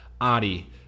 Adi